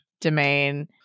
domain